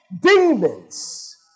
demons